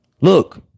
Look